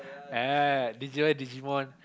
uh DIgimon Digimon